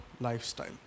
lifestyle